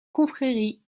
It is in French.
confrérie